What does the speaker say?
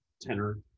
tenor